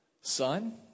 Son